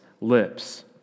lips